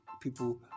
people